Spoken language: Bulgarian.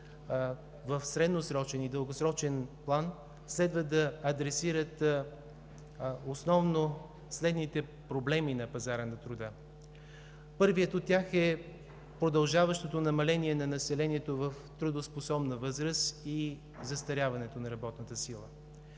в средносрочен и дългосрочен план следва да адресират основно следните проблеми на пазара на труда. Първият от тях е продължаващото намаление на населението в трудоспособна възраст и застаряването на работната сила.